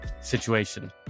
situation